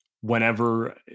whenever